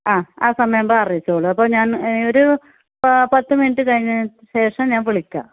ആ ആ സമയാവുമ്പോൾ അറിയിച്ചോളൂ അപ്പോൾ ഞാൻ ഒരു പത്ത് മിനിറ്റ് കഴിഞ്ഞതിന് ശേഷം ഞാൻ വിളിക്കാം